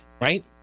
right